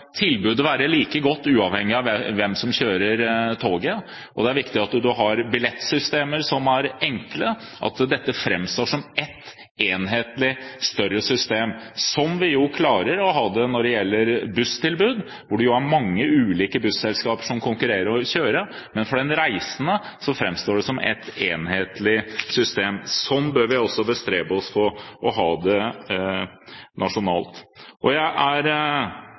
være like godt uavhengig av hvem som kjører toget. Det er viktig at man har billettsystemer som er enkle, at det framstår som ett enhetlig større system, slik som vi klarer når det gjelder busstilbud. Det er mange ulike busselskaper som konkurrerer om å kjøre, men for den reisende framstår det som ett enhetlig system. Sånn bør vi også bestrebe oss på å ha det nasjonalt. Jeg er